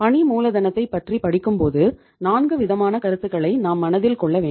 பணி மூலதனத்தை பற்றி படிக்கும்போது நான்கு விதமான கருத்துக்களை நாம் மனதில் கொள்ள வேண்டும்